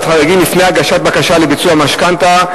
חריגים לפני הגשת בקשה לביצוע משכנתה),